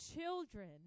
children